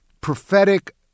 prophetic